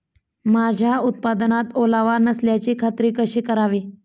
माझ्या उत्पादनात ओलावा नसल्याची खात्री कशी करावी?